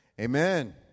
amen